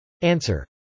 Answer